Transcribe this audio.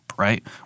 right